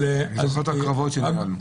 אני זוכר את הקרבות שניהלנו.